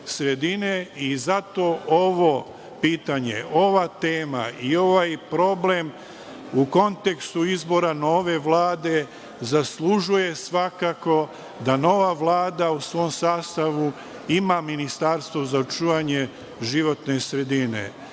i zato ovo pitanje, ova tema i ovaj problem u kontekstu izbora nove Vlade zaslužuje svakako da nova Vlada u svom sastavu ima ministarstvo za očuvanje životne sredine.